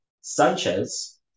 Sanchez